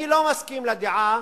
אני לא מסכים לדעה